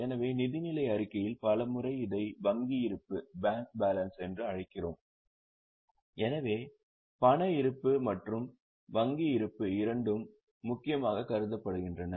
எனவே நிதிநிலை அறிக்கைகளில் பல முறை இதை வங்கி இருப்பு என்று அழைக்கிறோம் எனவே பண இருப்பு மற்றும் வங்கி இருப்பு இரண்டும் முக்கியமாக கருதப்படுகின்றன